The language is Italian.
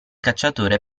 cacciatore